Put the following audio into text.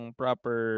proper